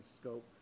scope